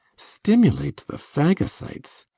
stimulate the phagocytes!